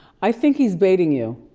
i think he's baiting you.